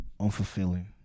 Unfulfilling